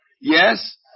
Yes